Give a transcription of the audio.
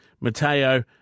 Matteo